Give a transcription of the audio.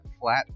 flat